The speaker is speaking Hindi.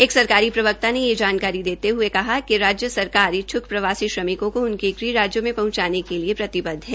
एक सरकारी प्रवक्ता ने यह जानकारी देते हये कहा कि राज्य सरकार इच्छुक प्रवासी श्रमिकों को उनके ग़ह राज्यों में पहुंचाने के लिए प्रतिबद्व है